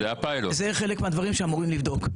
אלה חלק מהדברים שאמורים לבדוק.